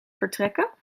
vertrekken